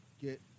get